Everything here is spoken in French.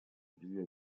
vie